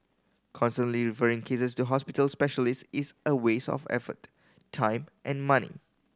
constantly referring cases to hospital specialist is a waste of effort time and money